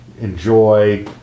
enjoy